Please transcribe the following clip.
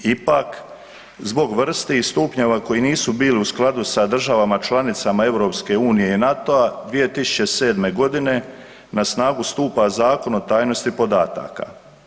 Ipak zbog vrsti stupnjeva koji nisu bili u skladu sa državama članicama EU i NATO-a 2007.g. na snagu stupa Zakon o tajnosti podataka.